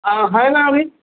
ہاں ہے نا ابھی